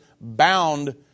bound